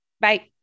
Bye